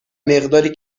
مقداری